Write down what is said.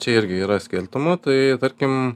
čia irgi yra skirtumų tai tarkim